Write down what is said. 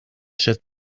should